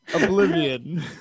Oblivion